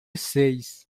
seis